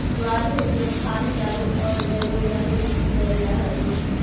ज्वार के उपयोग खाद्य चारों आउ जैव ऊर्जा के रूप में कयल जा हई